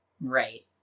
Right